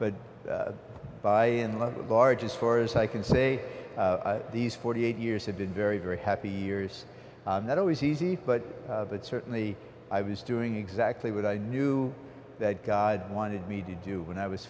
but by and large as far as i can say these forty eight years have been very very happy years not always easy but but certainly i was doing exactly what i knew that god wanted me to do when i was